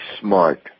smart